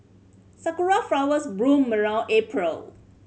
sakura flowers bloom around April